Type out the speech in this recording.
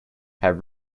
have